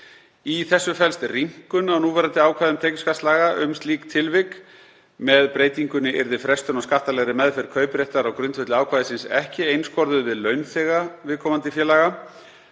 Í þessu felst rýmkun á núverandi ákvæðum tekjuskattslaga um slík tilvik. Með breytingunni yrði frestun á skattalegri meðferð kaupréttar á grundvelli ákvæðisins ekki einskorðuð við launþega viðkomandi félaga